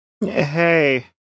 Hey